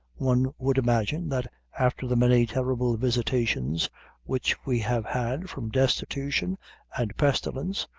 one would imagine, that after the many terrible visitations which we have had from destitution and pestilence,